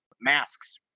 masks